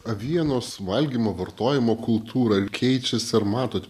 avienos valgymo vartojimo kultūra keičias ar matot